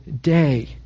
day